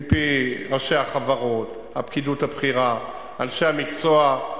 מפי ראשי החברות, הפקידות הבכירה, אנשי המקצוע,